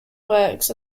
works